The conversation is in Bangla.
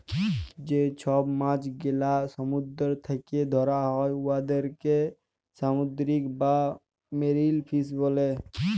যে ছব মাছ গেলা সমুদ্দুর থ্যাকে ধ্যরা হ্যয় উয়াদেরকে সামুদ্দিরিক বা মেরিল ফিস ব্যলে